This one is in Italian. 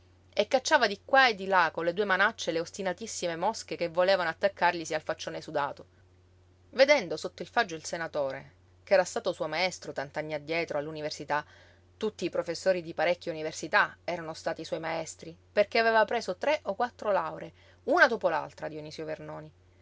e cacciava di qua e di là con le due manacce le ostinatissime mosche che volevano attaccarglisi al faccione sudato vedendo sotto il faggio il senatore ch'era stato suo maestro tant'anni addietro all'università tutti i professori di parecchie università erano stati suoi maestri perché aveva preso tre o quattro lauree una dopo l'altra dionisio vernoni